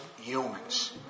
humans